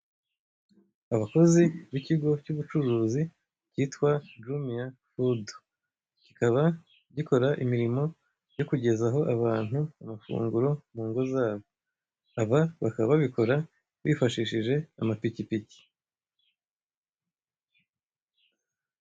Abakozi b'ikigo cy'ubucuruzi kitwa juniya fudu. Kikaba gikora imirimo yo kugezaho abantu amafunguro mu ngo zabo, aba bakaba babikora bifashishije amapikipiki.